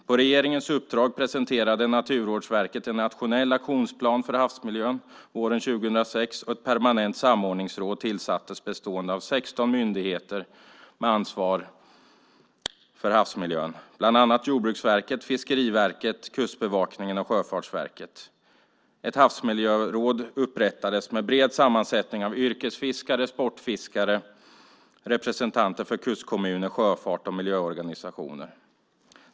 På regeringens uppdrag presenterade Naturvårdsverket en nationell aktionsplan för havsmiljön våren 2006, och ett permanent samordningsråd bestående av 16 myndigheter, bland annat Jordbruksverket, Fiskeriverket, Kustbevakningen och Sjöfartsverket, med ansvar för havsmiljön tillsattes. Ett havsmiljöråd upprättades med en bred sammansättning av yrkesfiskare, sportfiskare, representanter för kustkommuner, sjöfart och miljöorganisationer.